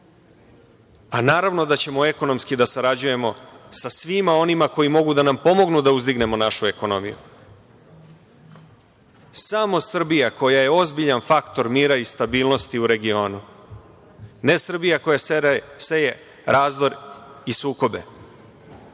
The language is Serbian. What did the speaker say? Naravno da ćemo ekonomski da sarađujemo sa svima onima koji mogu da nam pomognu da uzdignemo našu ekonomiju. Samo Srbija koja je ozbiljan faktor mira i stabilnosti u regionu, ne Srbija koja seje razdor i sukobe,